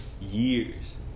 Years